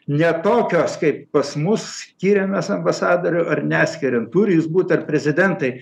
ne tokios kaip pas mus skiriam mes ambasadorių ar neskiriam turi jis būt ar prezidentai